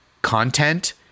Content